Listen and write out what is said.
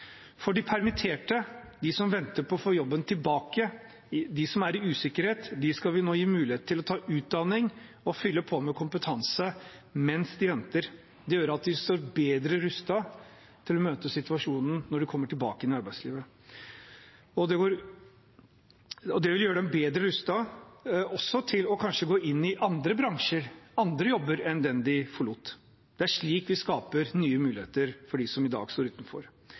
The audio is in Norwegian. De permitterte – de som venter på å få jobben tilbake, de som er i usikkerhet – skal vi nå gi mulighet til å ta utdanning og fylle på med kompetanse mens de venter. Det gjør at de står bedre rustet til å møte situasjonen når de kommer tilbake til arbeidslivet. Det vil også gjøre dem bedre rustet til kanskje å gå inn i andre bransjer, andre jobber, enn den de forlot. Det er slik vi skaper nye muligheter for dem som i dag står utenfor.